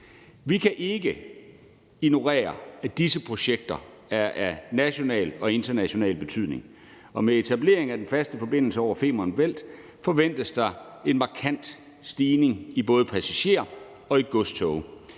Vi kan ikke ignorere, at disse projekter er af national og international betydning. Med etablering af den faste forbindelse over Femern Bælt forventes der en markant stigning i både passagerer og godstog,